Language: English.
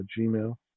Gmail